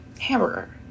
hamburger